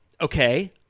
okay